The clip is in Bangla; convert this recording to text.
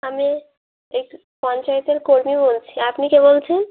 আমি একটি পঞ্চায়েতের কর্মী বলছি আপনি কে বলছেন